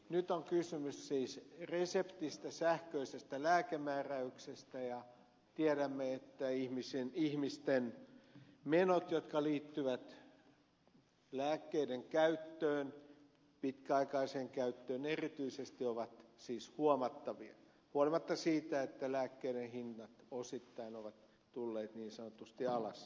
nyt on kysymys siis reseptistä sähköisestä lääkemääräyksestä ja tiedämme että ihmisten menot jotka liittyvät lääkkeiden käyttöön pitkäaikaiseen käyttöön erityisesti ovat siis huomattavia huolimatta siitä että lääkkeiden hinnat osittain ovat tulleet niin sanotusti alas